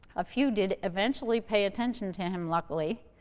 a few did eventually pay attention to him, luckily,